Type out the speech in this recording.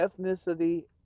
ethnicity